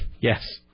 Yes